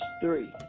three